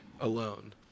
alone